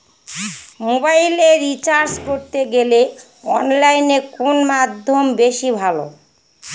মোবাইলের রিচার্জ করতে গেলে অনলাইনে কোন মাধ্যম বেশি ভালো?